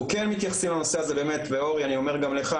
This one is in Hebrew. כן מתייחסים לנושא הזה באמת ואורי אני אומר גם לך,